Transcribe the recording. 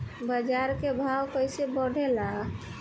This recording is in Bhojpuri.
बाजार के भाव कैसे बढ़े ला?